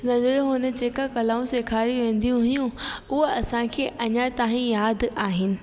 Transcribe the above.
नजर हुन जेका कलाऊं सेखारी वेंदियूं हुइयूं हूअ असांखे अञा ताईं यादि आहिनि